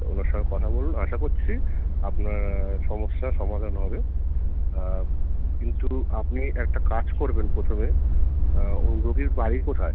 ওঁর সঙ্গে কথা বলুন আশা করছি আপনার সমস্যার সমাধান হবে কিন্তু আপনি একটা কাজ করবেন প্রথমে ওই রোগীর বাড়ি কোথায়